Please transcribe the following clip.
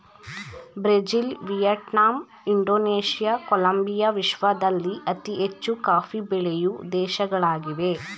Brazil, Vietnam, Indonesia, Colombia ವಿಶ್ವದಲ್ಲಿ ಅತಿ ಹೆಚ್ಚು ಕಾಫಿ ಬೆಳೆಯೂ ದೇಶಗಳಾಗಿವೆ